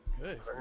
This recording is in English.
Good